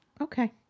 Okay